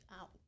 out